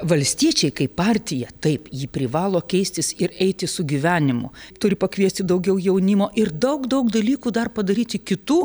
valstiečiai kaip partija taip ji privalo keistis ir eiti su gyvenimu turi pakviesti daugiau jaunimo ir daug daug dalykų dar padaryti kitų